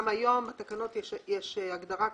גם היום בתקנות יש הגדרה כזאת,